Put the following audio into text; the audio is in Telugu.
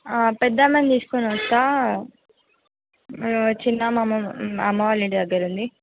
పెద్దమ్మని తీసుకుని వస్తాను చిన్నమ్మమ్మ అమ్మ వాళ్ళ ఇంటి దగ్గరుంది